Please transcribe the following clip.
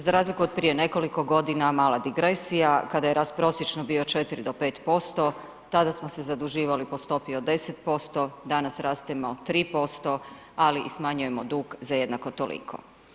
Za razliku od prije nekoliko godina, mala digresija, kada je rast prosječno bio 4 do 5% tada smo se zaduživali po stopi od 10%, danas rastemo 3%, ali i smanjujemo dug za jednako toliko.